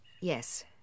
Yes